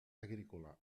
agrícola